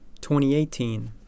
2018